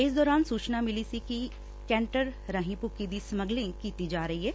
ਇਸ ਦੌਰਾਨ ਸੁਚਨਾ ਮਿਲੀ ਸੀ ਕਿ ਕੈਟਰ ਰਾਹੀ ਭੂੱਕੀ ਦੀ ਸਮਗਲਿੰਗ ਕੀਤੀ ਜਾ ਰਹੀ ਏ